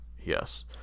yes